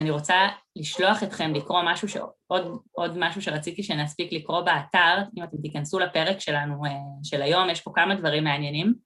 אני רוצה לשלוח אתכם לקרוא עוד משהו שרציתי שנספיק לקרוא באתר, אם אתם תיכנסו לפרק שלנו של היום, יש פה כמה דברים מעניינים.